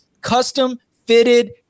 custom-fitted